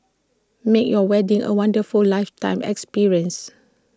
make your wedding A wonderful lifetime experience